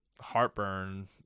heartburn